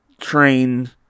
train